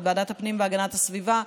ועדת הפנים והגנת הסביבה,